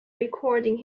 recording